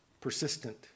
persistent